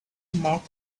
mark